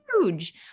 huge